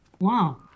Wow